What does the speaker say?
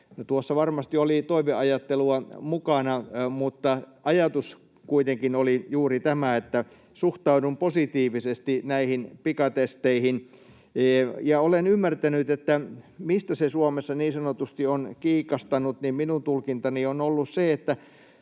Tuossa varmasti oli toiveajattelua mukana, mutta ajatus kuitenkin oli juuri tämä, että suhtaudun positiivisesti näihin pikatesteihin. Olen ymmärtänyt ja tulkinnut, että se, mistä se Suomessa niin sanotusti on kiikastanut, on ollut se, että